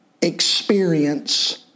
experience